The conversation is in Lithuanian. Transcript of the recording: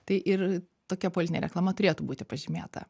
tai ir tokia politinė reklama turėtų būti pažymėta